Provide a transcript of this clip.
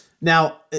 Now